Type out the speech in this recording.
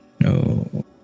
no